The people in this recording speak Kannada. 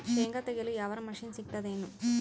ಶೇಂಗಾ ತೆಗೆಯಲು ಯಾವರ ಮಷಿನ್ ಸಿಗತೆದೇನು?